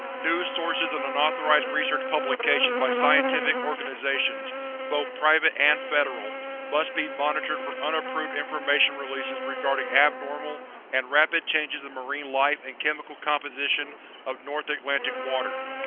news sources and unauthorized research publications by scientific organizations both private and federal must be monitored for unapproved information releases releases regarding abnormal and rapid changes in marine life and chemical composition of north atlantic water.